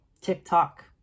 TikTok